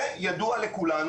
כאשר ידוע לכולנו,